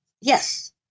yes